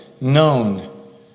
known